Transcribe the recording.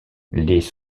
les